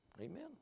Amen